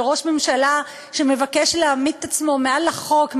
של ראש ממשלה שמבקש להעמיד את עצמו מעל החוק,